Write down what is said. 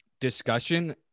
discussion